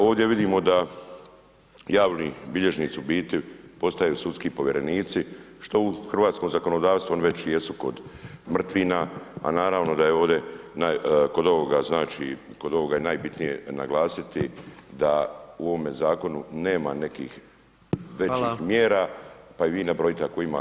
Ovdje vidimo da javni bilježnici u biti postaju sudski povjerenici, što u hrvatskom zakonodavstvu ovi već i jesu kod …/nerazumljivo/… a naravno da je ovde kod ovoga znači kod ovoga je najbitnije naglasiti da u ovome zakonu nema nekih većih mjera [[Upadica: Hvala]] pa ih vi nabrojite ako ima.